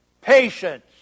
patience